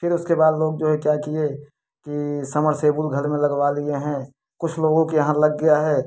फिर उसके बाद लोग जो है क्या किए कि समरसेबुल घर में लगवा लिए हैं कुछ लोगों के यहाँ लग गया है